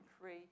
free